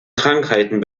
krankheiten